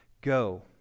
go